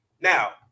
now